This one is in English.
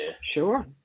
Sure